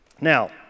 Now